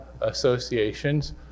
associations